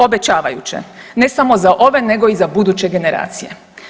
Obećavajuće, ne samo za ove nego i za buduće generacije.